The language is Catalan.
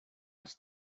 els